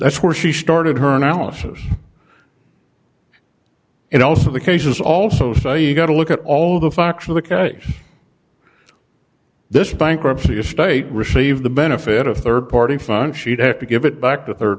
that's where she started her analysis and also the cases also so you got to look at all the facts of the case this bankruptcy estate received the benefit of rd party fund she'd have to give it back to